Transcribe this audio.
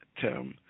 term